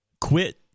quit